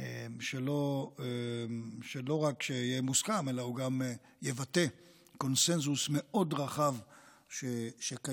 שלא רק שיהיה מוסכם אלא גם יבטא קונסנזוס מאוד רחב שקיים